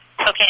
Okay